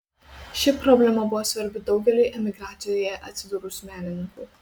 ši problema buvo svarbi daugeliui emigracijoje atsidūrusių menininkų